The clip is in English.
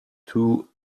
two